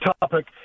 topic